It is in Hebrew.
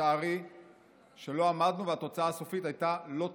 לצערי שלא עמדנו, והתוצאה הסופית הייתה לא טובה,